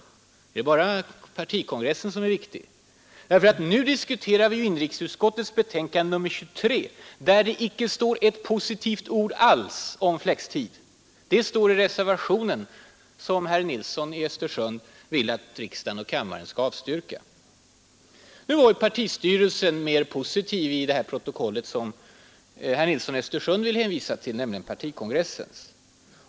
Är det bara partikongressen som är viktig? Nu diskuterar vi inrikesutskottets betänkande nr 23, och där står inte ett positivt ord alls om flextid. Det positiva står i reservationen, som herr Nilsson i Östersund vill att riksdagen skall avstyrka. Nu var partistyrelsen mera positiv i det protokoll från den socialdemokratiska partikongressen som herr Nilsson i Östersund vill hänvisa till.